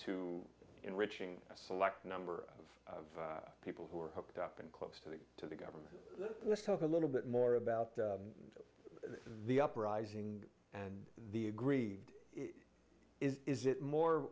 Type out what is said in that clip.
to enriching a select number of people who are hooked up and close to the to the government let's talk a little bit more about the uprising and the aggrieved is is it more